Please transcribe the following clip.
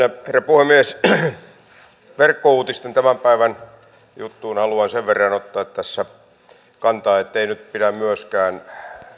herra puhemies tähän verkkouutisten tämän päivän juttuun haluan sen verran ottaa tässä kantaa ettei nyt pidä myöskään